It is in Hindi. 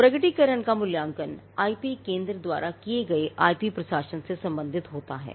प्रकटीकरण का मूल्यांकन आईपी केंद्र द्वारा किए गए आईपी प्रशासन से संबंधित है